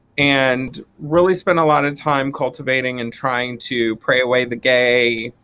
and really spent a lot of time cultivating and trying to pray away the gay,